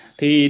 Thì